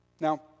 Now